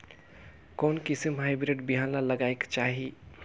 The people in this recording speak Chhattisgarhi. कोन किसम हाईब्रिड बिहान ला लगायेक चाही?